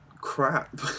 crap